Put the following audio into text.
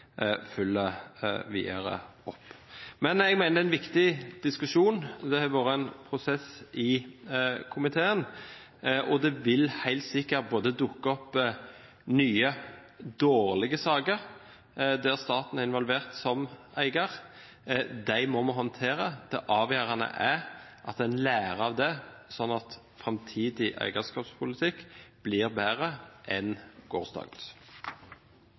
følger opp videre. Men jeg mener det er en viktig diskusjon. Det har vært en prosess i komiteen, og det vil helt sikkert dukke opp nye dårlige saker der staten er involvert som eier. De må vi håndtere. Det avgjørende er at en lærer av dem, slik at framtidig eierskapspolitikk blir bedre enn gårsdagens.